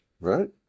Right